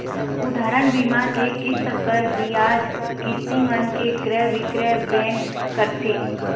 उदाहरन, बीमा के किस्त, कर, बियाज, किस्ती मन के क्रय बिक्रय बेंक करथे